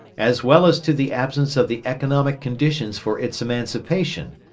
as well as to the absence of the economic conditions for its emancipation,